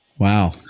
Wow